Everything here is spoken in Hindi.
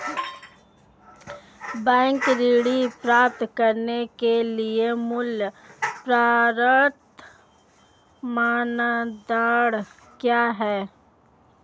बैंक ऋण प्राप्त करने के लिए मूल पात्रता मानदंड क्या हैं?